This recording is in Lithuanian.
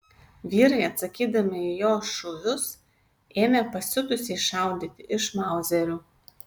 vyrai atsakydami į jo šūvius ėmė pasiutusiai šaudyti iš mauzerių